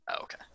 okay